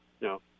No